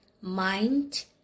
mind